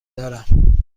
دارم